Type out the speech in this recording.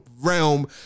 realm